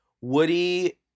Woody